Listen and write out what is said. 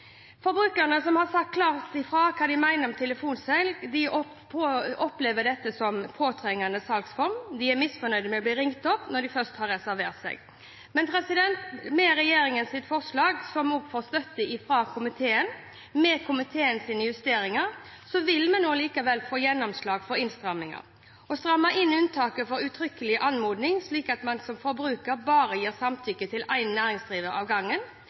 har sagt klart fra hva de mener om telefonsalg. De opplever dette som en påtrengende salgsform, og de er misfornøyde med å bli ringt opp når de først har reservert seg. Med regjeringens forslag – som vi også får støtte fra i komiteen – og med komiteens justeringer vil vi nå likevel få gjennomslag for innstramminger: å stramme inn unntaket for uttrykkelig anmodning, slik at man som forbruker bare gir samtykke til én næringsdrivende av gangen,